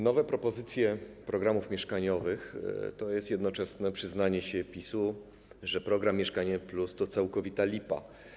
Nowe propozycje programów mieszkaniowych to jest jednoczesne przyznanie się PiS-u, że program „Mieszkanie+” to całkowita lipa.